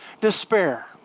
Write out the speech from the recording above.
despair